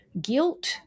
guilt